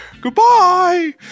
Goodbye